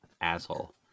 asshole